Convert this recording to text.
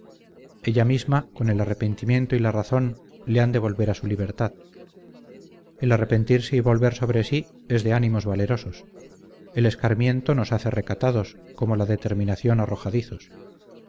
ella misma con el arrepentimiento y la razón le han de volver a su libertad el arrepentirse y volver sobre sí es de ánimos valerosos el escarmiento nos hace recatados como la determinación arrojadizos